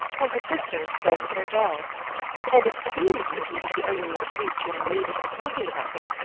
while her sisters played with their dolls and if seeing beauty was the only excuse one needed for talking about it,